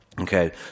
Okay